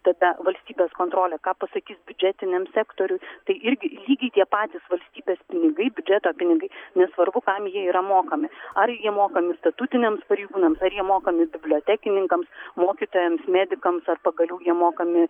tada valstybės kontrolė ką pasakys biudžetiniam sektoriui tai irgi lygiai tie patys valstybės pinigai biudžeto pinigai nesvarbu kam jie yra mokami ar jie mokami statutiniams pareigūnams ar jie mokami bibliotekininkams mokytojams medikams ar pagaliau jie mokami